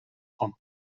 van